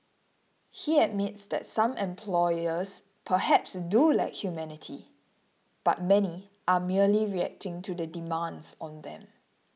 he admits that some employers perhaps do lack humanity but many are merely reacting to the demands on them